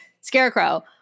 Scarecrow